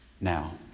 now